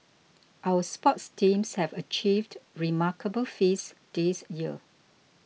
our sports teams have achieved remarkable feats this year